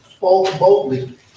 boldly